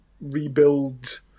rebuild